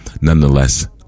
nonetheless